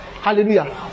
Hallelujah